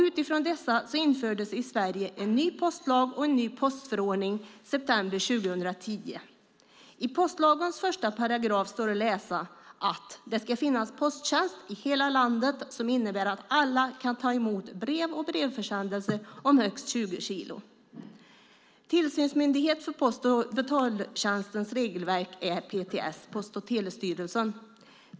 Utifrån dessa infördes i Sverige en ny postlag och en ny postförordning i september 2010. I 1 § postlagen står att läsa att "det skall finnas posttjänst i hela landet som innebär att alla kan ta emot brev och brevförsändelser om högst 20 kg". Tillsynsmyndighet för post och betaltjänsters regelverk är PTS, Post och telestyrelsen.